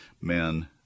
men